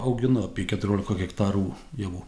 auginu apie keturiolika hektarų javų